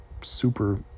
super